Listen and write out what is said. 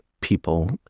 people